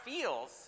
feels